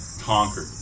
conquered